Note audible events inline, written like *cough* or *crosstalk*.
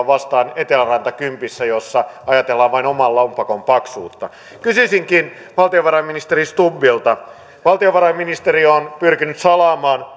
*unintelligible* vastaan vain eteläranta kympistä jossa ajatellaan vain oman lompakon paksuutta kysyisinkin valtiovarainministeri stubbilta valtiovarainministeriö on pyrkinyt salaamaan *unintelligible*